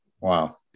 Wow